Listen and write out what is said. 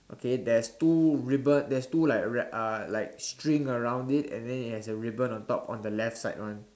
okay there's two ribbon there's two like ra~ uh like string around it and then it has a ribbon on top on the left side one